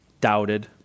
Doubted